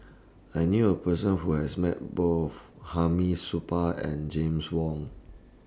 I knew A Person Who has Met Both Hamid Supaat and James Wong